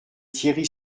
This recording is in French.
thierry